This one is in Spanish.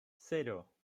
cero